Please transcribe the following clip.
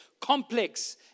complex